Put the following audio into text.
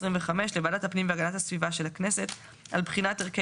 לוועדת הפנים והגנת הסביבה של הכנסת על בחינת ערכי